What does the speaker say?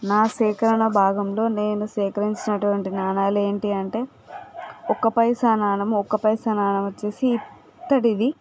నా సేకరణ భాగంలో నేను సేకరించినటువంటి నాణాలు ఏంటి అంటే ఒక పైసా నాణెం ఒక పైసా నాణెమొచ్చేసి ఇత్తడిది